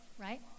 right